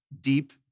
deep